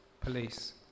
police